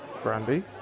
brandy